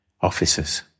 officers